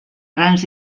grans